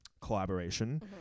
collaboration